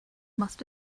must